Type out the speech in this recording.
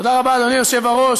תודה רבה, אדוני היושב-ראש.